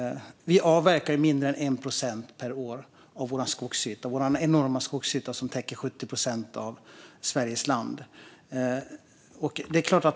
Vi avverkar mindre än 1 procent per år av vår enorma skogsyta som täcker 70 procent av Sveriges land.